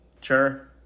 Sure